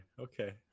okay